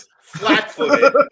flat-footed